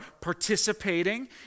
participating